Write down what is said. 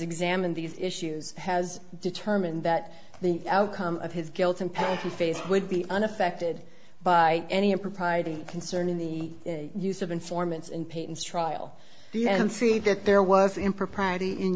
examined these issues has determined that the outcome of his guilt and penalty phase would be unaffected by any impropriety concerning the use of informants in peyton's trial and see that there was impropriety in